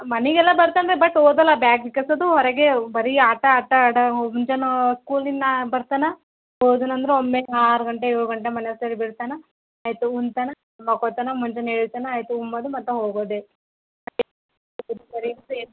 ಮನೆಗೆಲ್ಲ ಬರ್ತಾನೆ ರೀ ಬಟ್ ಓದಲ್ಲ ಬ್ಯಾಗ್ ಬಿಕಾಸದು ಹೊರಗೆ ಬರೀ ಆಟ ಆಟ ಆಡ ಮುಂಜಾನೆ ಸ್ಕೂಲಿಂದ ಬರ್ತಾನೆ ಹೋದನು ಅಂದ್ರೆ ಒಮ್ಮೆ ಆರು ಗಂಟೆ ಏಳು ಗಂಟೆ ಮನೆ ತರಿ ಬಿಳ್ತಾನೆ ಆಯಿತು ಉಣ್ತಾನೆ ಮಾಕೋತಾನೆ ಮುಂಜಾನೆ ಏಳ್ತಾನೆ ಆಯ್ತು ಉಂಬೋದು ಮತ್ತೆ ಹೋಗೋದೇ